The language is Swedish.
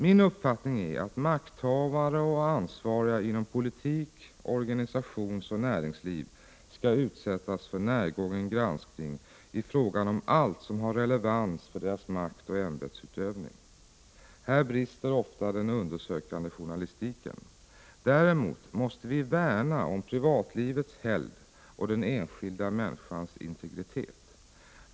Min uppfattning är att makthavare och ansvariga inom politik, organisationsoch näringsliv skall utsättas för närgången granskning i fråga om allt som har relevans för deras makteller ämbetsutövning. Här brister ofta den undersökande journalistiken. Däremot måste vi värna om privatlivets helgd och den enskilda människans integritet.